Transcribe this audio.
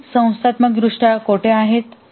ते संस्थात्मकदृष्ट्या कोठे आहेत